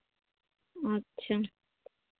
ᱟᱪᱪᱷᱟ